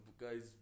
guys